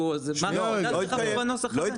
--- בנוסח הזה?